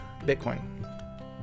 bitcoin